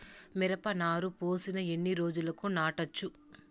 మిరప నారు పోసిన ఎన్ని రోజులకు నాటచ్చు?